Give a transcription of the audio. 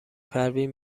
پروین